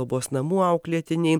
globos namų auklėtiniai